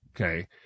Okay